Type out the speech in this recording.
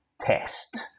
test